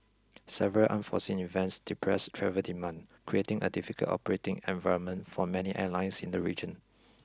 several unforeseen events depressed travel demand creating a difficult operating environment for many airlines in the region